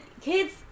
kids